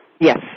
Yes